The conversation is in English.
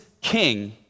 king